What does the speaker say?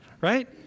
Right